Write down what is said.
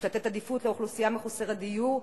יש לתת עדיפות לאוכלוסייה מחוסרת דיור,